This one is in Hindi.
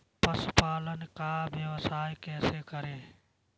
पशुपालन का व्यवसाय कैसे करें?